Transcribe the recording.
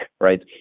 right